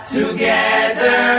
together